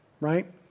right